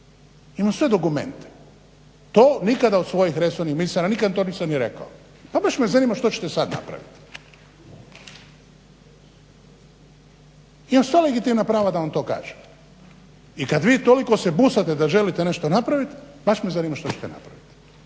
Imam sve dokumente, to nikad u svojim resorima nikada nisam rekao. Pa baš me zanima što ćete sad napraviti. Imam sva legitimna prava da to kažem, i kad vi toliko se busate da želite nešto napravit, baš me zanima što ćete napravit.